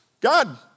God